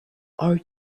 are